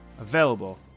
available